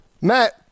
Matt